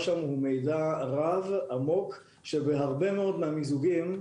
שם הוא מידע רב שלא נדרש בהרבה מאוד מהמיזוגים.